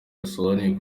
bisobanuye